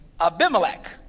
Abimelech